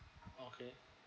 okay